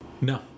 No